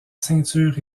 ceintures